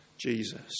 Jesus